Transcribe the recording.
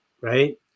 right